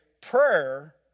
prayer